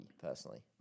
personally